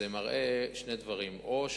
זה מראה שני